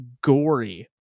gory